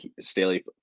Staley